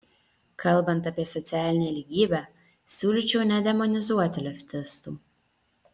kalbant apie socialinę lygybę siūlyčiau nedemonizuoti leftistų